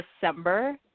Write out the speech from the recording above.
December